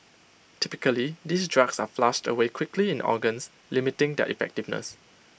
typically these drugs are flushed away quickly in organs limiting their effectiveness